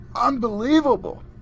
Unbelievable